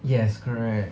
yes correct